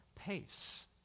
pace